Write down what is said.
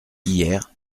hier